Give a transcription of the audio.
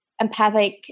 empathic